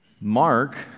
Mark